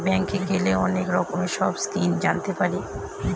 ব্যাঙ্কে গেলে অনেক রকমের সব স্কিম জানতে পারি